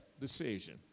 decision